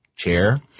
Chair